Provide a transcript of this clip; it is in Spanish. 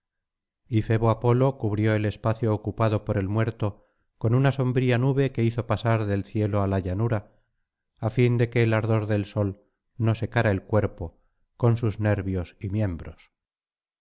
y febo apolo cubrió el espacio ocupado por el muerto con una sombría nube que hizo pasar del cielo á la llanura á fin de que el ardor del sol no secara el cuerpo con sus nervios y miembros